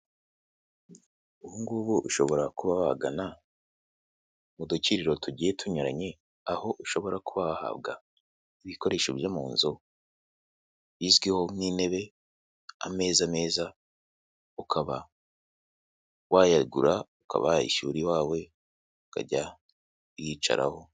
Ubu ngubu ushobora kuba wagana mu dukiriro tugiye tunyuranye, aho ushobora kuba wahabwa ibikoresho byo mu nzu, bizwiho nk'intebe, ameza meza, ukaba wayagura, ukaba washyira iwawe ukajya uyicaraho.